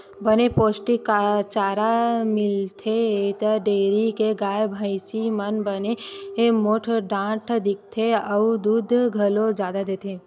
बने पोस्टिक चारा मिलथे त डेयरी के गाय, भइसी मन बने मोठ डांठ दिखथे अउ दूद घलो जादा देथे